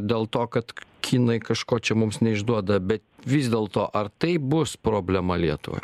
dėl to kad kinai kažko čia mums neišduoda bet vis dėlto ar tai bus problema lietuvoje